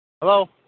Hello